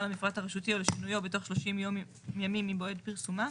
למפרט הרשותי או לשינויו בתוך 30 יום ממועד פרסומה.